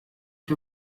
ich